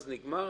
אז נגמר?